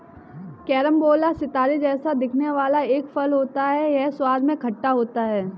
carambola सितारे जैसा दिखने वाला एक फल होता है यह स्वाद में खट्टा होता है